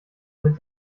mit